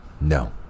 no